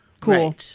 Cool